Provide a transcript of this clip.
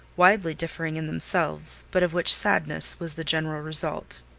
widely differing in themselves, but of which sadness was the general result,